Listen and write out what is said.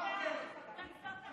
לא, לסופר לא נדלק.